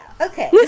okay